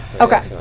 Okay